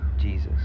Jesus